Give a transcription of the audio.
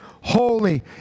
holy